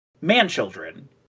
man-children